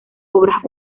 obras